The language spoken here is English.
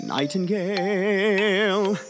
Nightingale